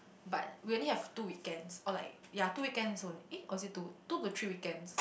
but we only have two weekends or like ya two weekends only eh or is it two two to three weekends